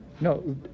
No